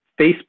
Facebook